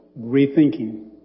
rethinking